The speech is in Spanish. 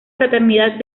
fraternidad